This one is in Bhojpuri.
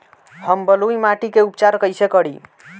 हम बलुइ माटी के उपचार कईसे करि?